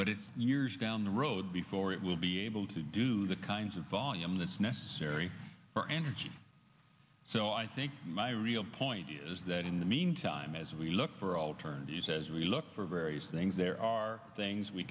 but it's years down the road before it will be able to do the kinds of volume that's necessary for energy so i think my real point is that in the meantime as we look for alternatives as we look for various things there are things we